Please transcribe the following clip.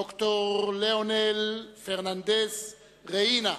ד"ר לאונל פרננדז רניה,